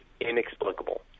inexplicable